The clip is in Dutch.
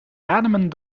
ademen